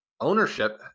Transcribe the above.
ownership